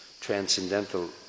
transcendental